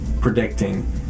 predicting